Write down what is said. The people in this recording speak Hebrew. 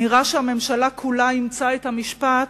נראה שהממשלה כולה אימצה את המשפט